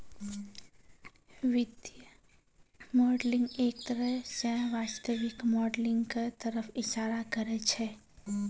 वित्तीय मॉडलिंग एक तरह स वास्तविक मॉडलिंग क तरफ इशारा करै छै